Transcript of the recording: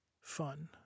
fun